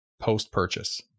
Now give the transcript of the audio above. post-purchase